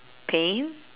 pain